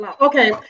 okay